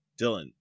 Dylan